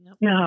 No